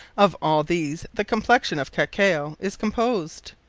of all these the complexion of cacao is composed,